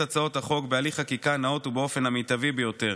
הצעות החוק בהליך חקיקה נאות ובאופן המיטבי ביותר.